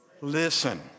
listen